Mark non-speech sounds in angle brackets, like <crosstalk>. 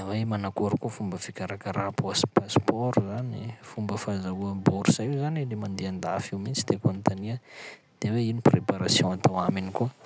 Hoe manakôry koa fomba fikarakara paos- passe-port zany? Fomba fazahoa bourse io zany e, le mandeha andafy io mihitsy tieko anontania, de hoe ino preparation atao aminy koa? <noise>